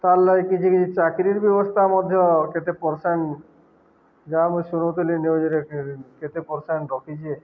ତାହଲେ କିଛି କିଛି ଚାକିରରି ବ୍ୟବସ୍ଥା ମଧ୍ୟ କେତେ ପରିସାନ୍ ଯାହା ମୁଇଁ ଶୁଣଉଥିଲି ନ୍ୟୁଜରେ କେତେ ପରିସାନ ରଖିଚେ